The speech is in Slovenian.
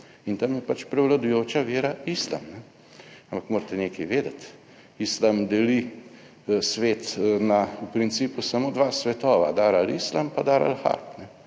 in tam je pač prevladujoča vera islam. Ampak morate nekaj vedeti, islam deli svet na v principu samo dva svetova: daral islam, pa Dar Al- harb.